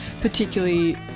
particularly